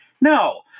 no